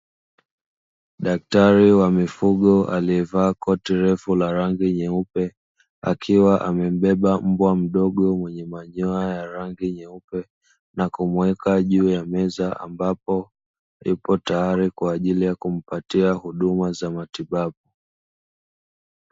Daktari wa mifugo aliyevaa koti refu la rangi nyeupe, akiwa amembeba mbwa mdogo mwenye manyoya ya rangi nyeupe na kumuweka juu ya meza ambayo ipo tayari kwa ajili ya kumpatia huduma za matibabu.